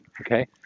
okay